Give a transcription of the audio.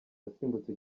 yasimbutse